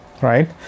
right